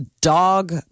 dog